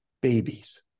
Babies